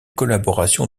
collaboration